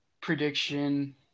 prediction